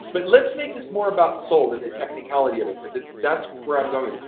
but let's make this more about soul than the technicality of it because it's that's where i'm going with it.